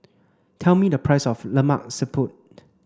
tell me the price of Lemak Siput